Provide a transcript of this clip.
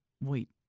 Wait